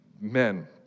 men